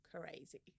crazy